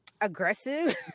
aggressive